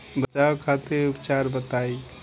बचाव खातिर उपचार बताई?